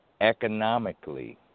economically